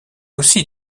aussi